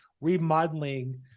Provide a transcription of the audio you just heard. remodeling